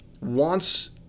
wants